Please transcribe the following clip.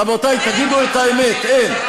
רבותי, תגידו את האמת, אין.